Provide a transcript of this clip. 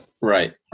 Right